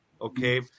Okay